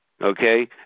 Okay